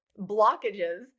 blockages